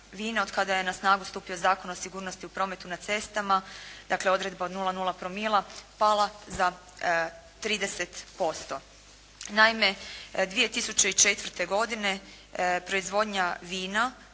od kada je na snagu stupio Zakon o sigurnosti u prometu na cestama, dakle odredba od 0,0 promila pala za 30%. Naime, 2004. godine proizvodnja vina